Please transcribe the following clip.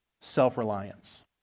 self-reliance